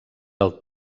del